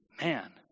Man